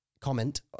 comment